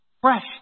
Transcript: fresh